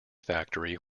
factory